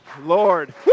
Lord